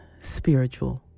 spiritual